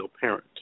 parent